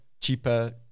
cheaper